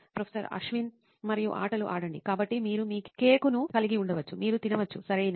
professor Ashwin మరియు ఆటలు ఆడండి కాబట్టి మీరు మీ కేకును కలిగి ఉండవచ్చు మరియు తినవచ్చు సరియైనది